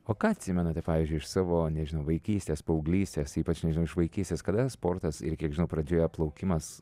o ką atsimenate pavyzdžiui iš savo nežinau vaikystės paauglystės ypač iš vaikystės kada sportas ir kiek žinau pradžioje plaukimas